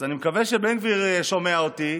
אני מקווה שבן גביר שומע אותי.